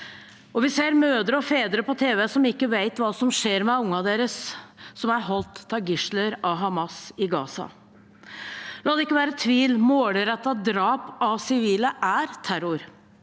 Vi ser mødre og fedre på tv som ikke vet hva som skjer med ungene deres, som er holdt som gisler av Hamas i Gaza. La det ikke være tvil: Målrettede drap på sivile er terror.